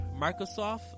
microsoft